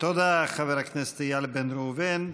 תודה, חבר הכנסת איל בן ראובן.